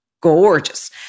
gorgeous